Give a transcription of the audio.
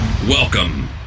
Welcome